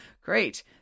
great